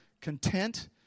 content